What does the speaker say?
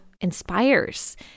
inspires